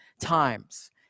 times